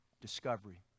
discovery